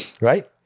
right